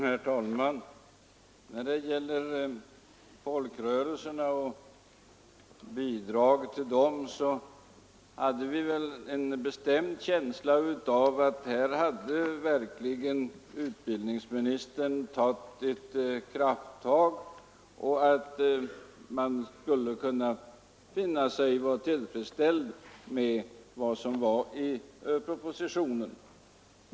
Herr talman! När det gäller bidraget till folkrörelserna hade vi en bestämd känsla av att utbildningsministern verkligen hade tagit ett krafttag och att vi därför kunde känna oss tillfredsställda med vad som stod i propositionen.